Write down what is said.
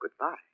goodbye